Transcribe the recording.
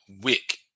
wick